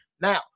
Now